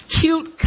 cute